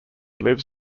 lives